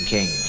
King